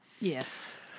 Yes